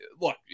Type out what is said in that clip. Look